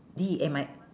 D E M I